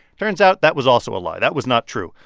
turns out that was also a lie. that was not true.